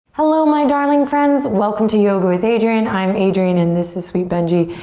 hello, my darling friends, welcome to yoga with adriene. i am adriene, and this is sweet benji,